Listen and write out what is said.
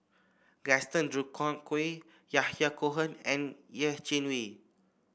Gaston Dutronquoy Yahya Cohen and Yeh Chi Wei